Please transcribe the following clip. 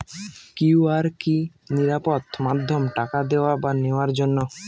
QR কি নিরাপদ মাধ্যম টাকা দেওয়া বা নেওয়ার জন্য?